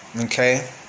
okay